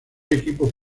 equipo